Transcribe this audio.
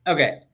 Okay